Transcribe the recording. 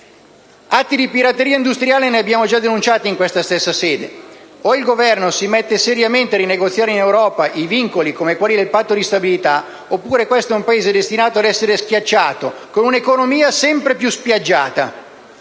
Atti di pirateria industriale ne abbiamo poi già denunciati in questa stessa sede. O il Governo si mette seriamente a rinegoziare in Europa vincoli come il Patto di stabilità, oppure questo è un Paese destinato ad essere schiacciato, con un'economia sempre più spiaggiata.